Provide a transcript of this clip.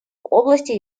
области